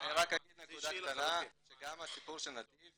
אני רק אגיד נקודה קטנה שגם הסיפור של נתיב